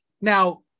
Now